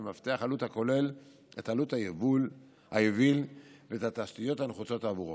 מפתח עלות הכולל את עלות היביל ואת התשתיות הנחוצות עבורו.